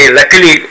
luckily